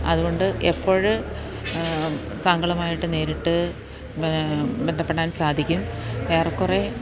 അതുകൊണ്ട് എപ്പോൾ താങ്കളുമായിട്ട് നേരിട്ട് ബന്ധപ്പെടാൻ സാധിക്കും ഏറെക്കൊറെ